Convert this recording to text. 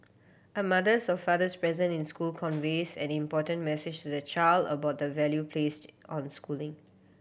a mother's or father's presence in school conveys an important message to the child about the value placed on schooling